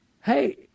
Hey